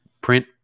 print